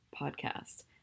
podcast